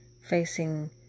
facing